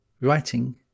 writing